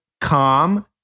calm